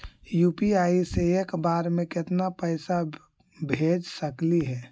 UPI से एक बार मे केतना पैसा भेज सकली हे?